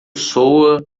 soa